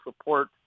support